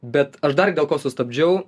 bet aš dar dėl ko sustabdžiau